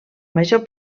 major